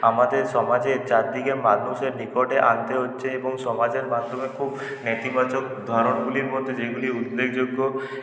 আমাদের সমাজে চারদিকে মানুষের নিকটে আনতে হচ্ছে এবং সমাজের মাধ্যমে খুব নেতিবাচক ধরনগুলির মধ্যে যেইগুলি উল্লেখযোগ্য